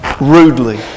Rudely